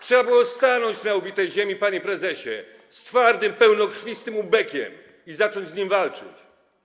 Trzeba było stanąć na ubitej ziemi, panie prezesie, z twardym, pełnokrwistym ubekiem i zacząć z nim walczyć.